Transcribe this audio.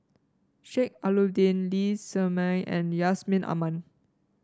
Sheik Alau'ddin Lee Shermay and Yusman Aman